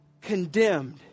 condemned